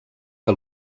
que